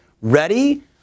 ready